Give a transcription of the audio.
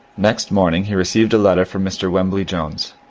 next morning he received a letter from mr. wembly jones,